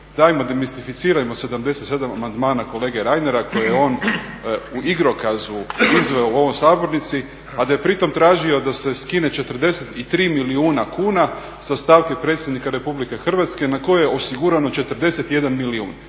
dajmo demistificirajmo 77 amandmana kolege Reinera koje on u igrokazu izveo u ovoj Sabornici a da je pritom tražio da se skine 43 milijuna kuna sa stavke predsjednika RH na koje je osigurano 41 milijun.